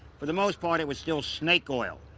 for the most part it was still snake oil.